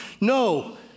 No